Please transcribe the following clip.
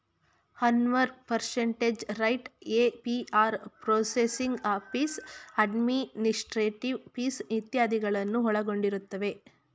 Anwar percentage rate, APR processing fees, administrative fees ಇತ್ಯಾದಿಗಳನ್ನು ಒಳಗೊಂಡಿರುತ್ತದೆ